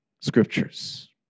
scriptures